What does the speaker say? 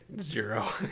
Zero